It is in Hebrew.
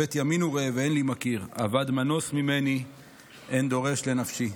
הביט ימין וראה ואין לי מכיר אבד מנוס ממני אין דורש לנפשי.